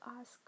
ask